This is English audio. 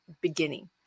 beginning